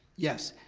yes,